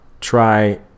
try